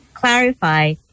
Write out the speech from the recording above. clarify